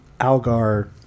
Algar